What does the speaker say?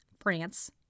France